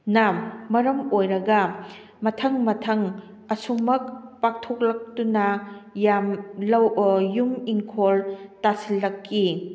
ꯅ ꯃꯔꯝ ꯑꯣꯏꯔꯒ ꯃꯊꯪ ꯃꯊꯪ ꯑꯁꯨꯃꯛ ꯄꯥꯛꯊꯣꯛꯂꯛꯇꯨꯅ ꯌꯥꯝ ꯂꯧ ꯌꯨꯝ ꯏꯪꯈꯣꯜ ꯇꯥꯁꯜꯂꯛꯏ